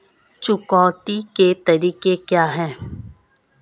चुकौती के तरीके क्या हैं?